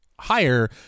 Higher